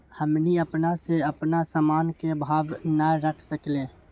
हमनी अपना से अपना सामन के भाव न रख सकींले?